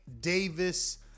davis